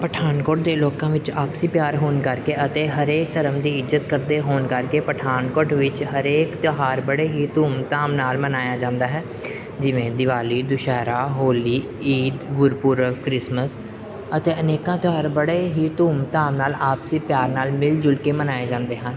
ਪਠਾਨਕੋਟ ਦੇ ਲੋਕਾਂ ਵਿੱਚ ਆਪਸੀ ਪਿਆਰ ਹੋਣ ਕਰਕੇ ਅਤੇ ਹਰੇਕ ਧਰਮ ਦੀ ਇੱਜਤ ਕਰਦੇ ਹੋਣ ਕਰਕੇ ਪਠਾਨਕੋਟ ਵਿੱਚ ਹਰੇਕ ਤਿਉਹਾਰ ਬੜੇ ਹੀ ਧੂਮ ਧਾਮ ਨਾਲ ਮਨਾਇਆ ਜਾਂਦਾ ਹੈ ਜਿਵੇਂ ਦਿਵਾਲੀ ਦੁਸਹਿਰਾ ਹੋਲੀ ਈਦ ਗੁਰਪੁਰਬ ਕ੍ਰਿਸਮਸ ਅਤੇ ਅਨੇਕਾਂ ਤਿਉਹਾਰ ਬੜੇ ਹੀ ਧੂਮ ਧਾਮ ਨਾਲ ਆਪਸੀ ਪਿਆਰ ਨਾਲ ਮਿਲ ਜੁਲ ਕੇ ਮਨਾਏ ਜਾਂਦੇ ਹਨ